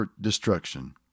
destruction